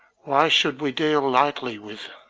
why should we deal lightly with,